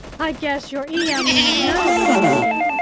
i guess your iya means no, little lady,